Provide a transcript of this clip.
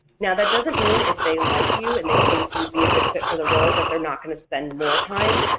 now that doesn't mean if they like you and they think you would be a good fit for the role that they're not going to spend more time,